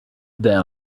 then